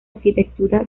arquitectura